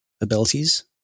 abilities